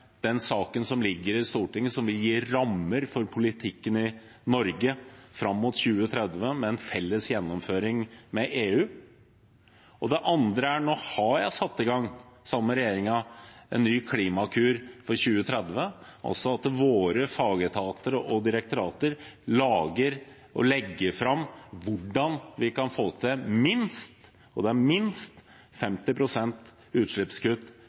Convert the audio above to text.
den saken som ligger i Stortinget, og som vil gi rammer for politikken i Norge fram mot 2030, med en felles gjennomføring sammen med EU. Det andre er det jeg og regjeringen har satt i gang, en ny klimakur for 2030, altså at våre fagetater og direktorater ser på og legger fram hvordan vi kan få til minst 50 pst. utslippskutt fram til 2030. Jeg tror det er